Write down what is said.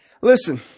listen